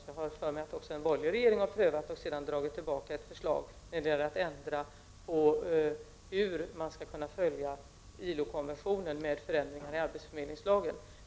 Jag har för mig att också en borgerlig regering har prövat och sedan dragit tillbaka ett sådant förslag.